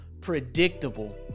predictable